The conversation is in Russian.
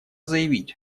заявить